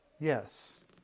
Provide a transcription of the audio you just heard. Yes